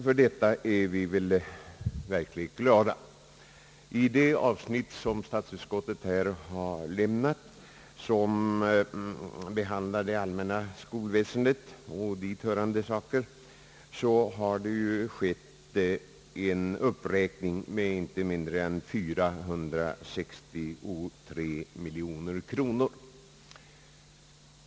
För detta är vi verkligen glada. I det avsnitt som statsutskottet behandlat och som gäller det allmänna skolväsendet och dithörande saker har det skett en uppräkning med inte mindre än 463 miljoner kronor.